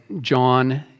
John